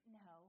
no